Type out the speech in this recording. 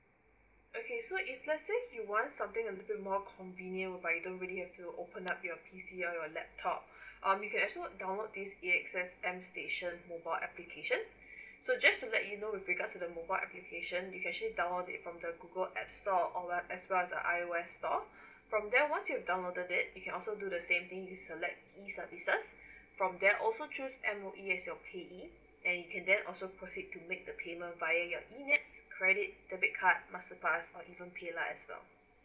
okay so if let's say you want something a little bit more convenient but you don't really have to open up your P_C or your laptop um you can actually download this A_X_S M station mobile application so just to let you know with regards to the mobile application you can actually download it from the google app store or as well as the I_O_S app store from there once you downloaded it you can also also do the same things you select E services from there also choose M_O_E as your payee and you can then also proceed to make the payment via your E NETS credit debit card masterpass or even paylah as well